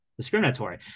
discriminatory